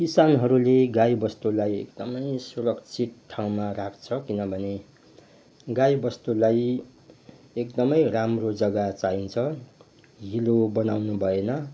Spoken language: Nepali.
किसानहरूले गाईबस्तुलाई एकदमै सुरक्षित ठाउँमा राख्छ किनभने गाईबस्तुलाई एकदमै राम्रो जग्गा चाहिन्छ हिलो बनाउनु भएन